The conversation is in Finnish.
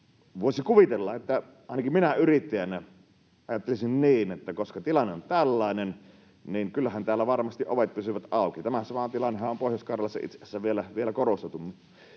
voisi kuvitella — ainakin minä yrittäjänä ajattelisin niin — että koska tilanne on tällainen, niin kyllähän täällä varmasti ovet pysyvät auki. Tämä sama tilannehan on Pohjois-Karjalassa itse asiassa vielä korostetummin.